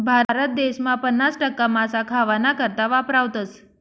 भारत देसमा पन्नास टक्का मासा खावाना करता वापरावतस